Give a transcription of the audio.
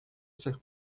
cech